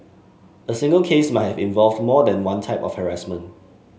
a single case might have involved more than one type of harassment